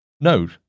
note